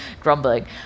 grumbling